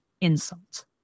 insult